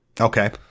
Okay